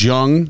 Jung